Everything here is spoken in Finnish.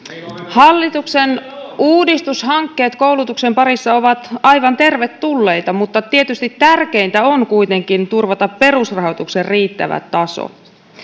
hallituksen uudistushankkeet koulutuksen parissa ovat aivan tervetulleita mutta tietysti tärkeintä on kuitenkin turvata perusrahoituksen riittävä taso